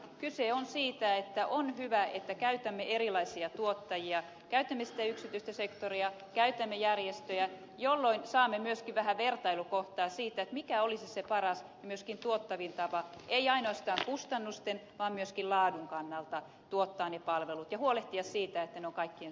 kyse on siitä että on hyvä että käytämme erilaisia tuottajia käytämme sitä yksityistä sektoria käytämme järjestöjä jolloin saamme myöskin vähän vertailukohtaa siitä mikä olisi se paras ja myöskin tuottavin tapa ei ainoastaan kustannusten vaan myöskin laadun kannalta tuottaa ne palvelut ja huolehtia siitä että kaikkien